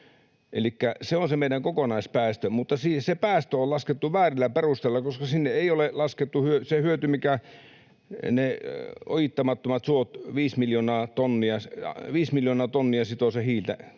se on se meidän kokonaispäästö, mutta se päästö on laskettu väärillä perusteilla, koska sinne ei ole laskettu sitä hyötyä, viittä miljoonaa tonnia, minkä